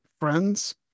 friends